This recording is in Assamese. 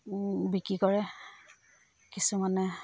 বিক্ৰী কৰে কিছুমানে